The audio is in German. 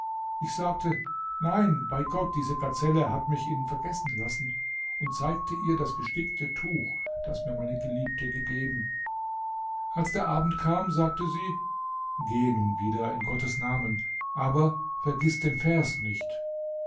ich sagte nein bei gott diese gazelle hat mich ihn vergessen lassen und zeigte ihr das gestickte tuch das mir meine geliebte gegeben als der abend kam sagte sie gehe nun wieder in gottes namen aber vergiß den vers nicht